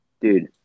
Dude